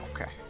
Okay